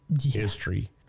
history